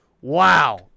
wow